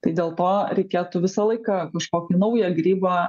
tai dėl to reikėtų visą laiką kažkokį naują grybą